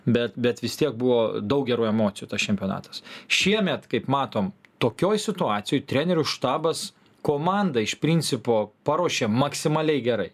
bet bet vis tiek buvo daug gerų emocijų tas čempionatas šiemet kaip matom tokioj situacijoj trenerių štabas komandą iš principo paruošė maksimaliai gerai